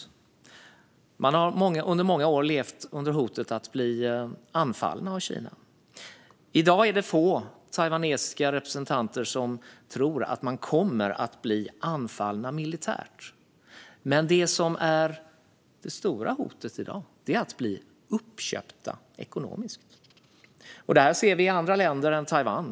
Taiwan har under många år levt under hotet att bli anfallet av Kina. I dag är det få taiwanesiska representanter som tror att Taiwan kommer att bli anfallet militärt, men det som är det stora hotet i dag är att bli uppköpt ekonomiskt. Detta ser vi i andra länder än Taiwan.